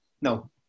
no